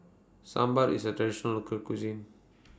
Sambar IS A Traditional Local Cuisine